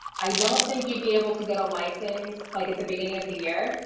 i don't think you'd be able to get a license like at the beginning of the year,